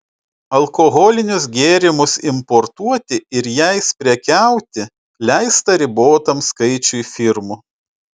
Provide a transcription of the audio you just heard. alkoholinius gėrimus importuoti ir jais prekiauti leista ribotam skaičiui firmų